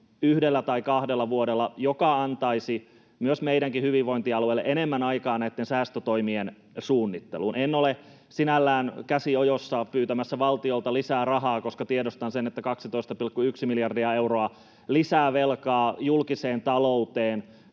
yhdellä tai kahdella vuodella, mikä antaisi meidänkin hyvinvointialueelle enemmän aikaa näitten säästötoimien suunnitteluun. En ole sinällään käsi ojossa pyytämässä valtiolta lisää rahaa, koska tiedostan sen, että on 12,1 miljardia euroa lisää velkaa julkiseen talouteen